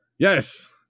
Yes